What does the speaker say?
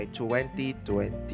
2020